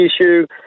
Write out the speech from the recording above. issue